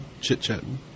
chit-chatting